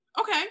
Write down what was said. Okay